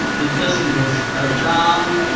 the person was held down,